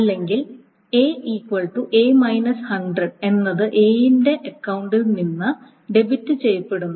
അല്ലെങ്കിൽ എന്നത് A യുടെ അക്കൌണ്ടിൽ നിന്ന് ഡെബിറ്റ് ചെയ്യപ്പെടുന്നു